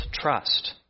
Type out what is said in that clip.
trust